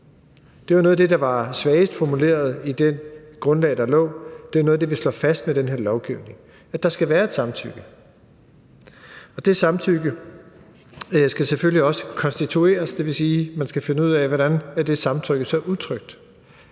Det var noget af det, der var svagest formuleret i det grundlag, der lå. Det er noget af det, vi slår fast med den her lovgivning, nemlig at der skal være et samtykke. Det samtykke skal selvfølgelig også konstitueres, dvs. man skal finde ud af, hvordan det samtykke så er udtrykt.